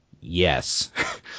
yes